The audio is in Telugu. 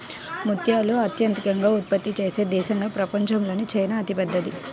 ముత్యాలను అత్యధికంగా ఉత్పత్తి చేసే దేశంగా ప్రపంచంలో చైనా అతిపెద్దది